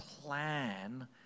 plan